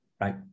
right